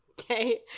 Okay